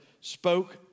spoke